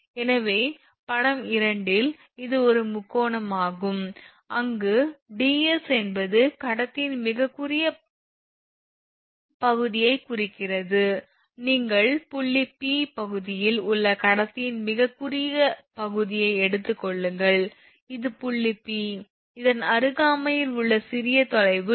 எனவே படம் 2 இல் இது ஒரு முக்கோணமாகும் அங்கு ds என்பது கடத்தியின் மிகக் குறுகிய பகுதியைக் குறிக்கிறது நீங்கள் புள்ளி P பகுதியில் உள்ள கடத்தியின் மிகக் குறுகிய பகுதியை எடுத்துக் கொள்ளுங்கள் இது புள்ளி P இதன் அருகாமையில் உள்ள சிறிய தொலைவு ds